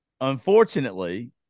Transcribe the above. unfortunately